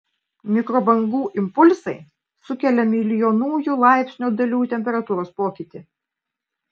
mikrobangų impulsai sukelia milijonųjų laipsnio dalių temperatūros pokytį